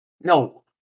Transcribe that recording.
No